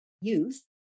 youth